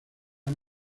han